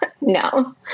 no